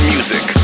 Music